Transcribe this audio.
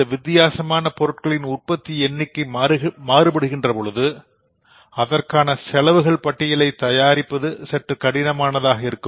இந்த வித்தியாசமான பொருள்களின் உற்பத்தி எண்ணிக்கை மாறுபடுகின்றபோது அதற்கான செலவுகள் பட்டியல் தயாரிப்பது சற்று கடினமானதாக இருக்கும்